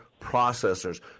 processors